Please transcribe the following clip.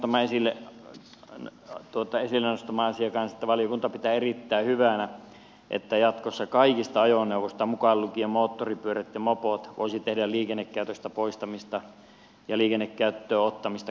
puheenjohtaja nosti myös esille sen asian että valiokunta pitää erittäin hyvänä että jatkossa kaikista ajoneuvoista mukaan lukien moottoripyörät ja mopot voisi tehdä liikennekäytöstä poistamista ja liikennekäyttöön ottamista koskevan ilmoituksen sähköisesti